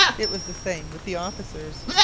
it was the same with the officers.